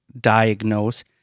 diagnose